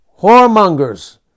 whoremongers